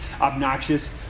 obnoxious